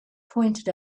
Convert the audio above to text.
pointed